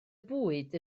bwyd